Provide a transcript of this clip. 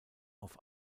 auf